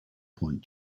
point